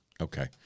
Okay